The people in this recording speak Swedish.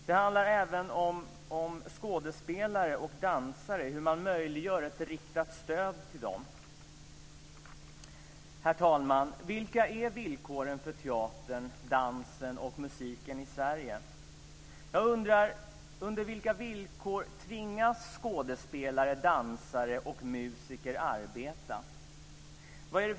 Det handlar även om skådespelare och dansare och om hur man möjliggör ett riktat stöd till dem. Herr talman! Vilka är villkoren för teatern, dansen och musiken i Sverige? Jag undrar under vilka villkor skådespelare, dansare och musiker tvingas arbeta.